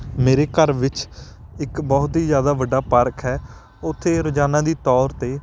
ਮੇਰੇ ਘਰ ਵਿੱਚ ਇੱਕ ਬਹੁਤ ਹੀ ਜ਼ਿਆਦਾ ਵੱਡਾ ਪਾਰਕ ਹੈ ਉੱਥੇ ਰੋਜ਼ਾਨਾ ਦੇ ਤੌਰ 'ਤੇ